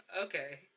okay